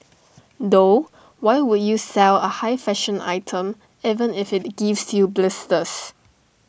though why would you sell A high fashion item even if IT gives you blisters